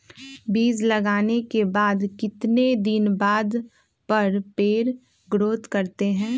बीज लगाने के बाद कितने दिन बाद पर पेड़ ग्रोथ करते हैं?